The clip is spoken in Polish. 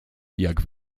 jak